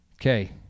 Okay